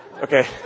okay